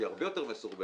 שהיא הרבה יותר מסורבלת,